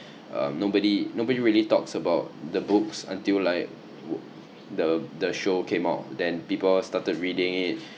uh nobody nobody really talks about the books until like the the show came out then people started reading it